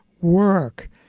work